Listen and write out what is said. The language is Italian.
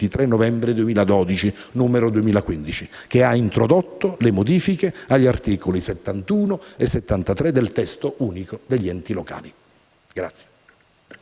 novembre 2012, n. 215, che ha introdotto le modifiche agli articoli 71 e 73 del testo unico per gli enti locali.